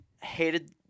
hated